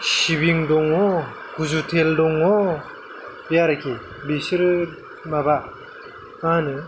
सिबिं दङ गुजु थेल दङ बे आरोखि बेसोरो माबा माहोनो